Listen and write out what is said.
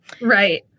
Right